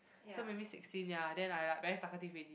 so maybe sixteen ya then I like very talkative already